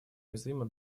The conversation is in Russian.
уязвимы